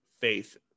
faith